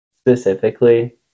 specifically